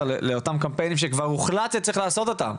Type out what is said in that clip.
לאותם קמפיינים שכבר הוחלט שצריך לעשות אותם.